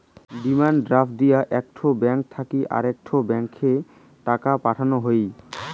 demand draft দিয়া একটো bank থাকি আরেকটো ব্যাংকে টাকা পাঠান হই